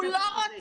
הוא לא רוצה.